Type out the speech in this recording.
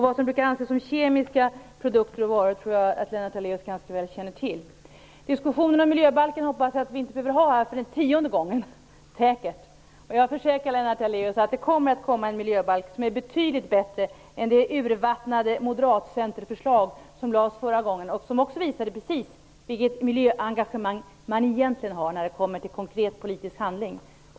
Vad som brukar anses som kemiska produkter och varor tror jag att Lennart Daléus ganska väl känner till. Diskussionen om miljöbalken hoppas jag att vi inte behöver ha här för säkert den tionde gången. Jag försäkrar Lennart Daléus att det kommer att komma en miljöbalk som är betydligt bättre än det urvattnade moderat-centerförslag som lades förra gången och som också visade precis vilket miljöengagemang man egentligen har när det kommer till konkret politisk handling.